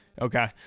Okay